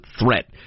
threat